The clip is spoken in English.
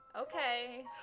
Okay